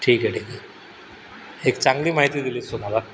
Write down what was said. ठीक आहे ठीक आहे एक चांगली माहिती दिलीस तू मला